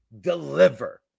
deliver